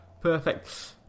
Perfect